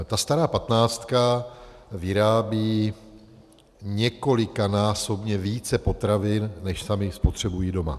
Ta stará patnáctka vyrábí několikanásobně více potravin, než sami spotřebují doma.